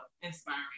inspiring